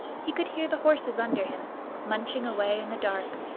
he could hear the horses under him munching away in the dark,